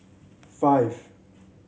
five